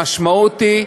המשמעות היא,